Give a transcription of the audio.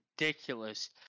ridiculous